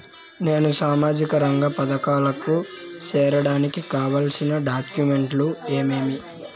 నేను సామాజిక రంగ పథకాలకు సేరడానికి కావాల్సిన డాక్యుమెంట్లు ఏమేమీ?